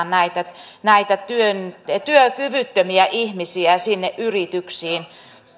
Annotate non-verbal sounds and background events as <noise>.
<unintelligible> näitä näitä työkyvyttömiä ihmisiä sinne yrityksiin